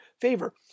favor